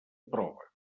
prova